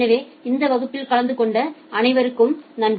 எனவே இந்த வகுப்பில் கலந்து கொண்ட அனைவருக்கும் நன்றி